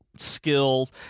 skills